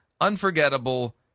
Unforgettable